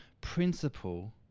principle